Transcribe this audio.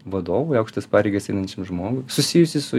vadovui aukštas pareigas einančiam žmogui susijusį su